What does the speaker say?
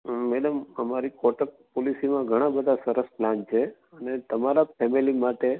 હં મેડમ અમારી કોટક પોલિસીમાં ઘણાં બધાં સરસ પ્લાન છે ને તમારા ફેમિલી માટે